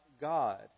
God